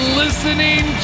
listening